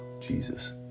Jesus